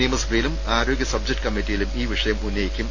നിയമസഭയിലും ആരോഗ്യ സബ്ജക്ട് കമ്മിറ്റിയിലും ഈ വിഷയം ഉന്നയിക്കും